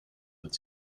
wird